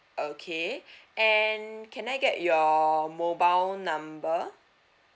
okay and can I get your mobile number